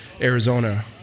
Arizona